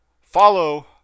follow